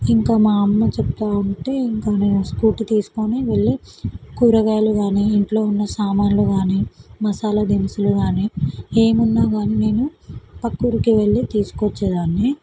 ఇంకా మా అమ్మ చెప్తాను ఉంటే ఇంకా నేను స్కూటీ తీసుకొని వెళ్ళి కూరగాయలు కానీ ఇంట్లో ఉన్న సామానలు కానీ మసాలా దినుసులు కానీ ఏమి ఉన్నా కానీ నేను ప్రక్క ఊరికి వెళ్ళి తీసుకొచ్చేదాన్ని